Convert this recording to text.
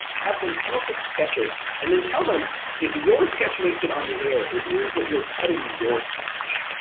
have them come up with sketches, and then tell them if your sketch makes it on the air, it means that we're cutting your sketch,